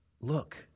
Look